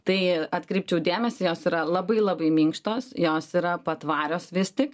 tai atkreipčiau dėmesį jos yra labai labai minkštos jos yra patvarios vis tik